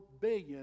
billion